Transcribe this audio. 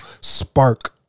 spark